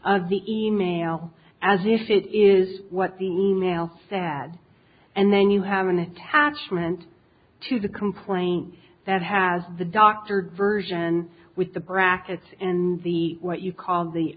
of the e mail as if it is what the e mail sad and then you have an attachment to the complaint that has the doctored version with the brackets in the what you call the